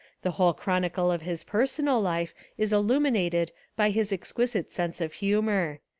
the whole chronicle of his personal life is illuminated by his exquisite sense of humour.